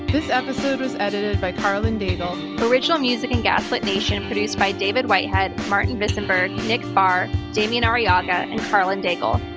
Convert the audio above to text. this episode was edited by karlyn daigle. original music on and gaslit nation produced by david whitehead, margaret disenburg, nick farr, damien arriaga and karlyn dagle.